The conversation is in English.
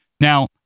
Now